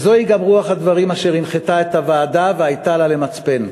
וזוהי גם רוח הדברים אשר הנחתה את הוועדה והייתה לה למצפן.